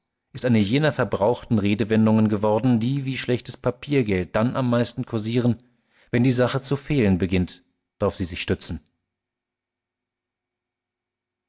ist eine jener verbrauchten redewendungen geworden die wie schlechtes papiergeld dann am meisten kursieren wenn die sache zu fehlen beginnt drauf sie sich stützen